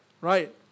Right